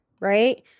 right